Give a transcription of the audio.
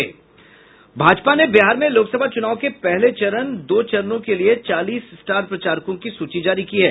भाजपा ने बिहार में लोकसभा चूनाव के पहले दो चरणों के लिए चालीस स्टार प्रचारकों की सूची जारी की है